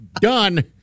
Done